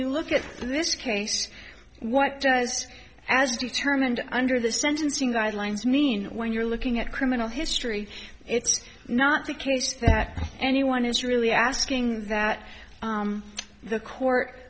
you look at this case what does as determined under the sentencing guidelines mean when you're looking at criminal history it's not the case that anyone is really asking that the court